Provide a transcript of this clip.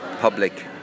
public